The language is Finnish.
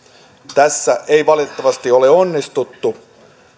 tässä ei valitettavasti ole onnistuttu